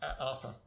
Arthur